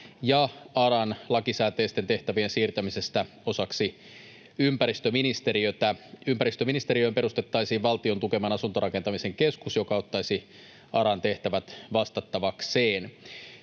ja ARAn lakisääteisten tehtävien siirtämisestä osaksi ympäristöministeriötä. Ympäristöministeriöön perustettaisiin Valtion tukeman asuntorakentamisen keskus, joka ottaisi ARAn tehtävät vastattavakseen.